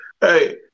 hey